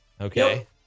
Okay